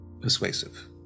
persuasive